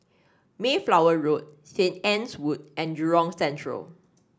Mayflower Road Saint Anne's Wood and Jurong Central